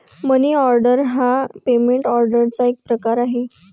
मनी order हा payment ऑर्डरचा एक प्रकार आहे